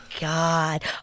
god